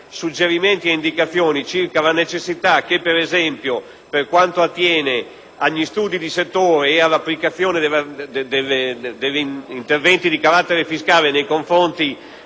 suggerimenti ed indicazioni circa la necessità che, per esempio, per quanto attiene agli studi di settore e all'applicazione degli interventi di carattere fiscale nei confronti